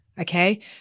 okay